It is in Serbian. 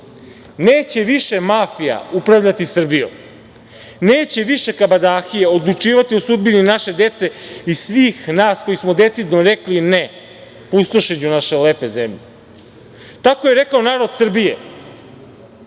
više mafija upravljati Srbijom. Neće više kabadahije odlučivati o sudbini naše dece i svih nas koji smo decidno rekli ne pustošenju naše lepe zemlje. Tako je rekao narod Srbije,